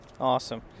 awesome